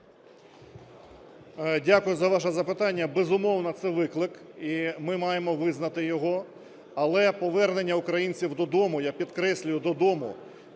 Дякую за ваше запитання. Безумовно, це виклик, і ми маємо визнати його. Але повернення українців додому, я підкреслюю, додому,